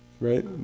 right